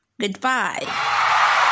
Goodbye